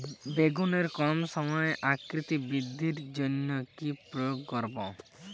বেগুনের কম সময়ে আকৃতি বৃদ্ধির জন্য কি প্রয়োগ করব?